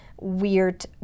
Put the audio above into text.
weird